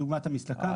לדוגמת המסלקה.